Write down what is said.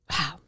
wow